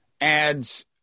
adds